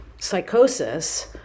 psychosis